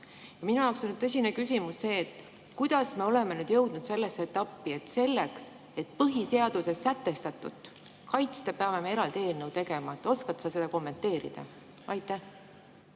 Minu arust on tõsine küsimus see, kuidas me oleme jõudnud sellesse etappi, et selleks, et põhiseaduses sätestatut kaitsta, peame me eraldi eelnõu tegema. Oskad sa seda kommenteerida? Tänan,